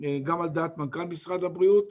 גם על דעת מנכ"ל משרד הבריאות.